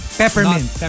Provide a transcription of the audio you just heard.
peppermint